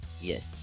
Yes